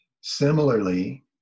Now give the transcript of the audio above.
Similarly